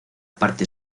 parte